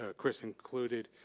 ah chris included,